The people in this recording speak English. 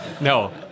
No